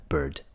Bird